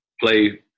play